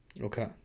Okay